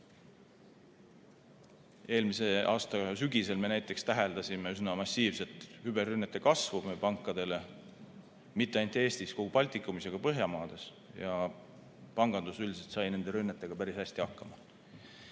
Eelmise aasta sügisel me näiteks täheldasime üsna massiivset küberrünnete kasvu pankadele mitte ainult Eestis, vaid kogu Baltikumis ja Põhjamaades. Pangandus üldiselt sai nende rünnetega päris hästi hakkama,